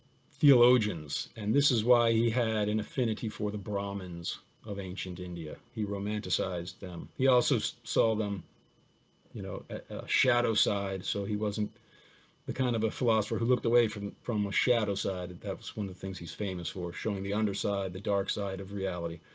theologians and this is why he had an affinity for the brahmans of ancient india. he romanticized them, he also saw them you know, at a shadow side so he wasn't the kind of philosopher who looked away from the ah shadow side, and that was one of the things he's famous for, showing the underside, the dark side of reality.